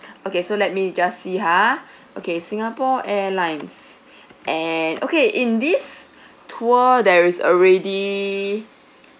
okay so let me just see ha okay Singapore Airlines and okay in this tour there is already